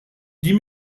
die